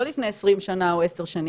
לא לפני 20 שנה או עשר שנים,